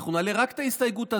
אנחנו נעלה רק את ההסתייגות הזאת.